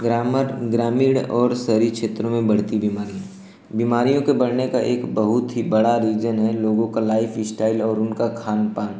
grammar ग्रामीण और शहरी क्षेत्रों में बढ़ती बीमारियाँ बीमारियों के बढ़ने का एक बहुत ही बड़ा रीज़न है लोगों की लाइफ़ स्टाइल और उनका खानपान